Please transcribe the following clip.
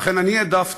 ולכן אני העדפתי,